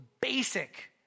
basic